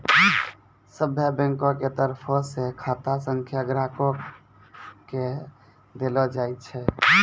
सभ्भे बैंको के तरफो से खाता संख्या ग्राहको के देलो जाय छै